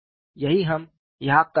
यही हम यहां कर रहे हैं